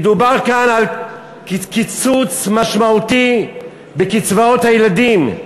מדובר כאן על קיצוץ משמעותי בקצבאות הילדים,